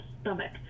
stomach